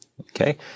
Okay